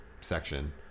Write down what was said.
section